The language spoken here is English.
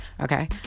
Okay